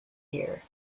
year